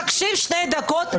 תקשיב שתי דקות,